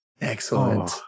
excellent